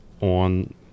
on